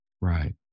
right